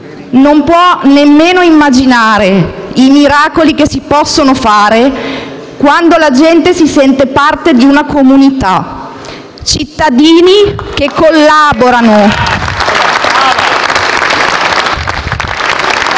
non può nemmeno immaginare i miracoli che si possono fare quando la gente si sente parte di una comunità *(Applausi dai Gruppi